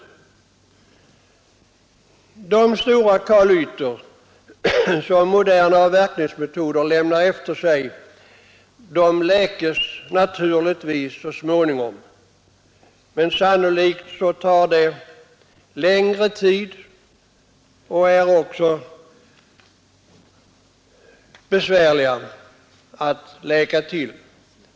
De stora kalytor som de moderna avverkningsmetoderna lämnar efter sig läks naturligtvis så småningom, men det tar sannolikt lång tid, och det är svårt att läka såren.